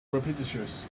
repetitious